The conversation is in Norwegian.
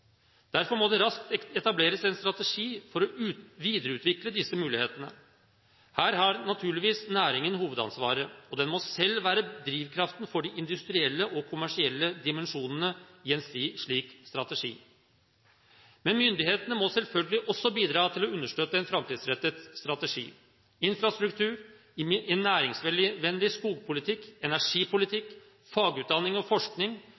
Derfor må det raskt etableres en strategi for å videreutvikle disse mulighetene. Her har naturligvis næringen hovedansvaret, og den må selv være drivkraften for de industrielle og kommersielle dimensjonene i en slik strategi. Men myndighetene må selvfølgelig også bidra til å understøtte en framtidsrettet strategi. Infrastruktur, en næringsvennlig skogpolitikk, energipolitikk, fagutdanning og forskning